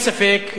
אין ספק,